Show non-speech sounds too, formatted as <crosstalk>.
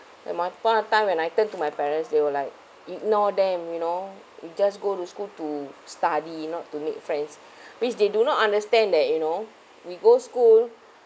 at my point of time when I turn to my parents they were like ignore them you know you just go to school to study not to make friends <breath> which they do not understand that you know we go school <breath>